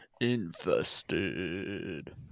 Infested